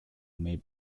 may